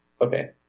Okay